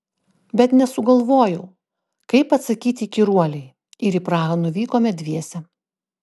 bet nesugalvojau kaip atsakyti įkyruolei ir į prahą nuvykome dviese